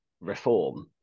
reform